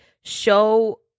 show